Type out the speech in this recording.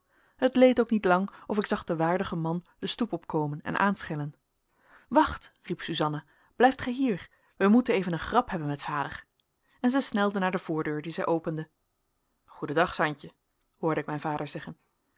het leed ook niet lang of ik zag den waardigen man de stoep opkomen en aanschellen wacht riep suzanna blijf gij hier wij moeten even een grap hebben met vader en zij snelde naar de voordeur die zij opende goeden dag santje hoorde ik mijn vader zeggen